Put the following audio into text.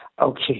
Okay